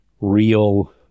real